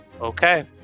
Okay